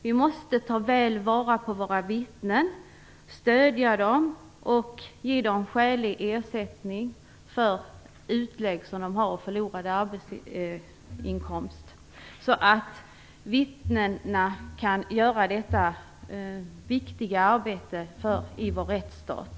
Vi måste ta väl vara på våra vittnen, stödja dem och ge dem skälig ersättning för utlägg och för förlorad arbetsinkomst, så att vittnena kan utföra det viktiga arbetet i vår rättsstat.